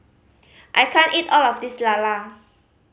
I can't eat all of this lala